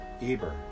Eber